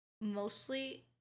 mostly